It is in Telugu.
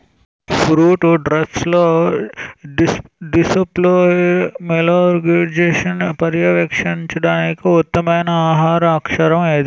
ఫ్రూట్ ఫ్లైస్ డ్రోసోఫిలా మెలనోగాస్టర్ని పర్యవేక్షించడానికి ఉత్తమమైన ఆహార ఆకర్షణ ఏది?